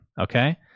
Okay